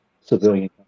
civilian